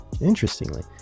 Interestingly